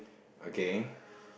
okay